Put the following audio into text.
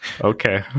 okay